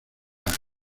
algo